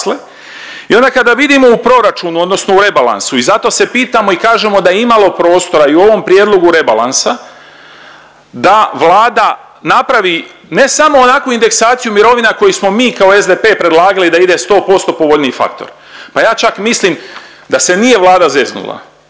i onda kada vidimo u proračunu odnosno u rebalansu i zato se pitamo i kažemo da je imalo prostora i u ovom prijedlogu rebalansa da Vlada napravi ne samo onakvu indeksaciju mirovina koju smo mi kao SDP predlagali da ide 100% povoljniji faktor. Pa ja čak mislim da se nije Vlada zeznula,